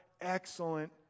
excellent